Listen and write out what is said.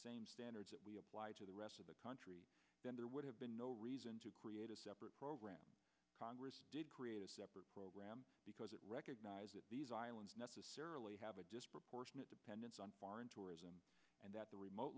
mariano's standards that we apply to the rest of the country there would have been no reason to create a separate program congress did create a separate program because it recognize that these islands necessarily have a disproportionate dependence on foreign tourism and that the remote